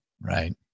Right